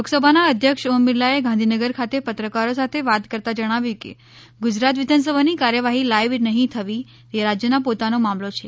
લોકસભાના અધ્યક્ષ ઓમ બિરલાએ ગાંધીનગર ખાતે પત્રકારો સાથે વાત કરતા જણાવ્યું કે ગુજરાત વિધાનસભાની કાર્યવાહી લાઇવ નહી થવી તે રાજ્યોના પોતાનો મામલો છે